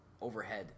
overhead